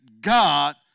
God